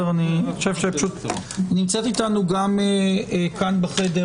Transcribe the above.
נמצאת איתנו כאן בחדר